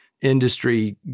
industry